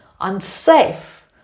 unsafe